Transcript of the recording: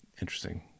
Interesting